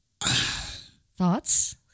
Thoughts